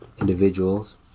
individuals